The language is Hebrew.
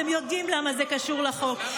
אתם יודעים למה זה קשור לחוק.